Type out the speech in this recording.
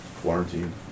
quarantine